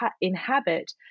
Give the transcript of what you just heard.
inhabit